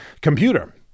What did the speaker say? Computer